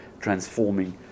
transforming